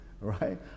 right